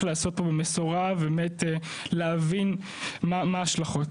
להיעשות פה במשורה ובאמת להבין מה ההשלכות.